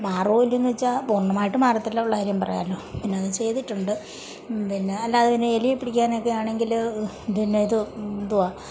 മാറുമോ ഇല്ലയോയെന്ന് വച്ചാൽ പൂർണ്ണമായിട്ട് മാറത്തില്ല ഉള്ള കാര്യം പറയാമല്ലോ പിന്നെയൊന്ന് ചെയ്തിട്ടുണ്ട് പിന്നെ അല്ലാതെ പിന്നെ എലിയെ പിടിക്കാനൊക്കെയാണെങ്കിൽ പിന്നെ ഇത് എന്തുവാ